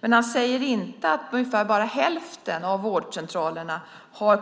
Men han säger inte att ungefär bara hälften av vårdcentralerna